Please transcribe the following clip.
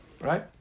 right